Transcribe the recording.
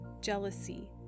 jealousy